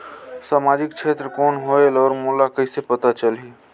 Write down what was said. समाजिक क्षेत्र कौन होएल? और मोला कइसे पता चलही?